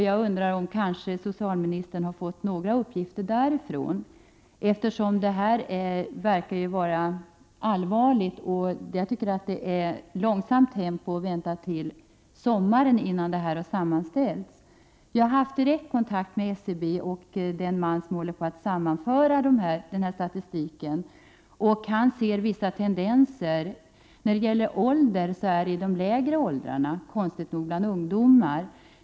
Jag undrar om socialministern kanske har fått några uppgifter från SBL, eftersom det här verkar allvarligt. Jag tycker att det är långsamt tempo att vänta till sommaren innan materialet har sammanställts. Jag har haft direktkontakt med SCB. Den man som håller på att sammanställa statistiken ser vissa tendenser. När det gäller ålder är det de lägre åldrarna, konstigt nog bland ungdomar.